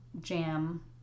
jam